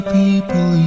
people